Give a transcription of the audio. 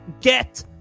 get